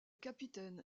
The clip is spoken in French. capitaine